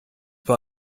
bei